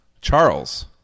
Charles